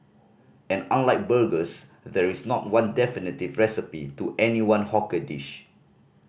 and unlike burgers there is not one definitive recipe to any one hawker dish